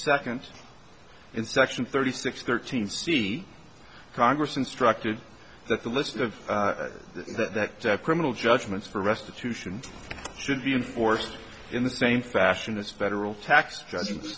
second in section thirty six thirteen see congress instructed that the list of that criminal judgments for restitution should be enforced in the same fashion as federal tax judge